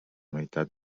meitat